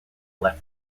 left